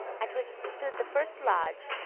at which stood the first lodge,